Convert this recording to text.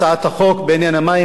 הצעת החוק בעניין המים,